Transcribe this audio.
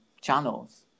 channels